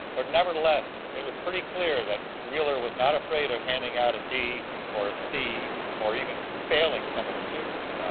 but nevertheless, it was pretty clear that wheeler was not afraid of handing out a d or a c or even failing some of the students.